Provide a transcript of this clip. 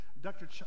Dr